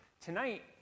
Tonight